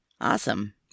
awesome